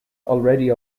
already